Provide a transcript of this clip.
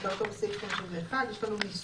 כהגדרתו בסעיף 51. יש לנו מיסוי,